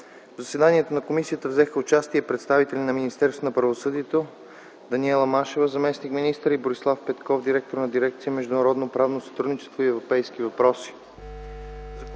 В заседанието на Комисията взеха участие представители на Министерство на правосъдието: Даниела Машева – заместник-министър, и Борислав Петков – директор на дирекция „Международно правно сътрудничество и европейски въпроси”.